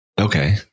okay